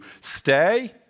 stay